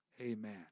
Amen